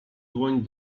dłoń